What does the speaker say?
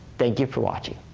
thank you for watching.